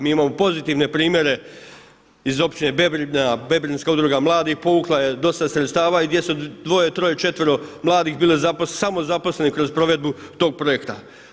Mi imamo pozitivne primjere iz općine Bebrina, Bebrinska udruga mladih povukla je dosta sredstava i gdje su dvoje, troje, četvero mladih bili samozaposleni kroz provedbu tog projekta.